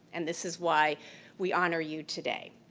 and this is why we honor you today.